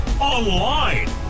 online